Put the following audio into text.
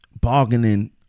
bargaining